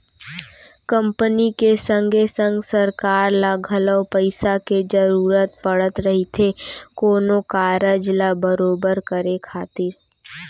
company के संगे संग सरकार ल घलौ पइसा के जरूरत पड़त रहिथे कोनो कारज ल बरोबर करे खातिर